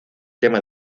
tema